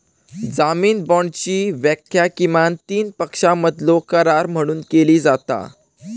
जामीन बाँडची व्याख्या किमान तीन पक्षांमधलो करार म्हणून केली जाता